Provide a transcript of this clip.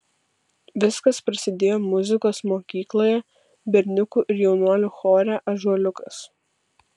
viskas prasidėjo muzikos mokykloje berniukų ir jaunuolių chore ąžuoliukas